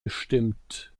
gestimmt